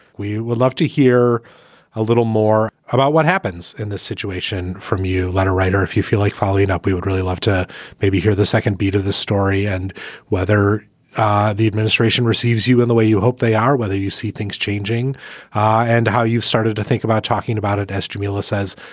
we would love to hear a little more about what happens in this situation from you, letter writer. if you feel like following up, we would really love to maybe hear the second beat of the story and whether the administration receives you in the way you hope they are, whether you see things changing and how you've started to think about talking about it. as jamila says,